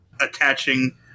attaching